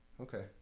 Okay